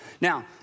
Now